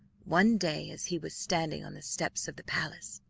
one day, as he was standing on the steps of the palace,